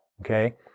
okay